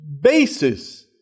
basis